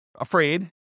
afraid